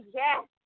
yes